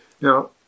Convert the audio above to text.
now